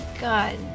god